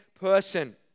person